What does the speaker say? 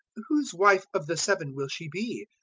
whose wife of the seven will she be?